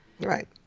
right